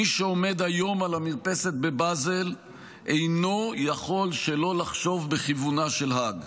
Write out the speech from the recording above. מי שעומד היום על המרפסת בבזל אינו יכול שלא לחשוב בכיוונה של האג.